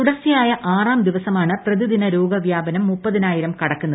തുടർച്ചയായ ആറാം ദിവസമാണ് പ്രതിദിന രോഗവ്യാപനം മുപ്പതിനായിരം കടക്കുന്നത്